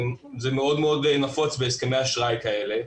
זה מאוד מאוד נפוץ בהסכמי אשראי כאלה,